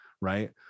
right